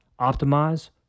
optimize